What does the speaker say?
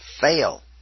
fail